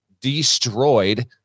destroyed